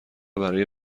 برای